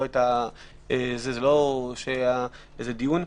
לא היה על זה דיון.